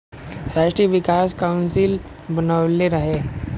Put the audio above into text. राष्ट्रीय विकास काउंसिल बनवले रहे